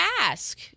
ask